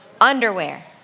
Underwear